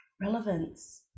Relevance